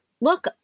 Look